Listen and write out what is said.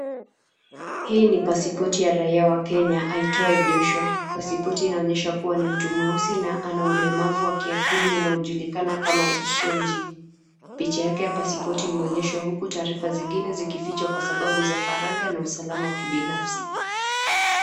Hii ni (cs) passport (cs) ya raia wa Kenya aitwaye Joshua (cs) passport (cs) inaonyesha kuwa, ni mtu mweusi na akona ulemavu wa kiakili ujulinganao kama usonji, picha yake ya(cs) passport (cs) imeonyeshwa, huku taalifa zingine zikifichwa kwa sababu za ufaranga na usalama wa kibinafsi